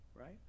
right